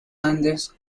andes